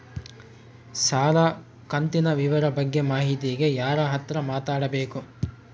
ಸಾಲ ಕಂತಿನ ವಿವರ ಬಗ್ಗೆ ಮಾಹಿತಿಗೆ ಯಾರ ಹತ್ರ ಮಾತಾಡಬೇಕು?